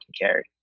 carry